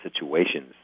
situations